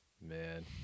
man